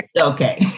Okay